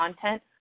content